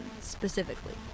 specifically